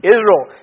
Israel